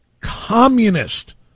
communist